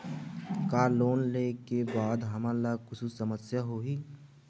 का लोन ले के बाद हमन ला कुछु समस्या होही?